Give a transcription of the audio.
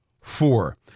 Four